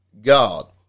God